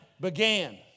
began